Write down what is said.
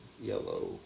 Yellow